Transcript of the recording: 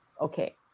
okay